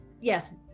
yes